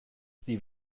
sie